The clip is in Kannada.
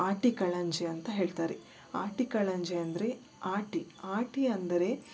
ಆಟಿಕಳಂಜ ಅಂತ ಹೇಳ್ತಾರೆ ಆಟಿಕಳಂಜ ಅಂದರೆ ಆಟಿ ಆಟಿ ಅಂದರೆ